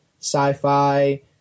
sci-fi